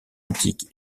antique